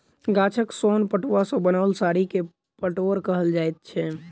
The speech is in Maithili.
गाछक सोन पटुआ सॅ बनाओल साड़ी के पटोर कहल जाइत छै